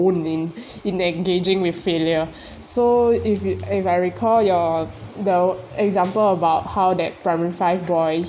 wouldn't it in the engaging with failure so if I if I recalled your the example about how that primary five boy